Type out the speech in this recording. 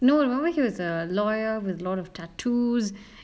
no I remember he was a lawyer with lot of tattoos